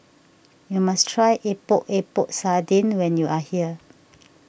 you must try Epok Epok Sardin when you are here